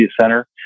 center